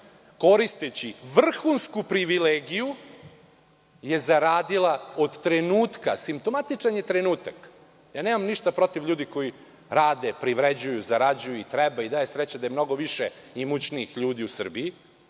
koristeći vrhunsku privilegiju, zaradila od trenutka, simptomatičan je trenutak, nemam ništa protiv ljudi koji rade, privređuju, zarađuju, kamo sreće da je mnogo više imućnijih ljudi u Srbiji,